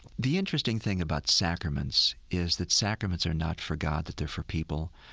the interesting thing about sacraments is that sacraments are not for god, that they're for people.